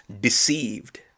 deceived